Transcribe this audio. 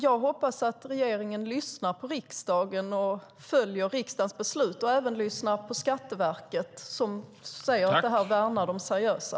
Jag hoppas att regeringen lyssnar på riksdagen och följer riksdagens beslut och även lyssnar på Skatteverket som säger att detta värnar de seriösa.